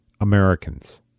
Americans